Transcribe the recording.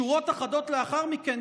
שורות אחדות לאחר מכן,